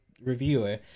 reviewer